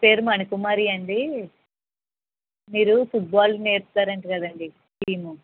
పేరు మణికుమారి అండి మీరు ఫుట్ బాల్ నేర్పుతారు అంట కదండి స్కీమ్